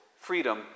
freedom